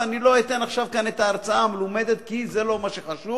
ואני לא אתן עכשיו כאן את ההרצאה המלומדת כי זה לא מה שחשוב,